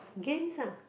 games ah